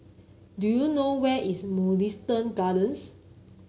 do you know where is Mugliston Gardens